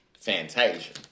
Fantasia